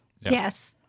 Yes